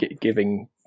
giving